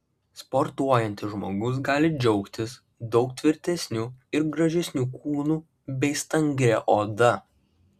sportuojantis žmogus gali džiaugtis daug tvirtesniu ir gražesniu kūnu bei stangria oda